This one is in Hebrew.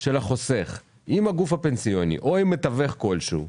של החוסך עם הגוף הפנסיוני או עם מתווך כלשהו,